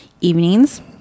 evenings